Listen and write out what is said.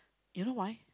you know why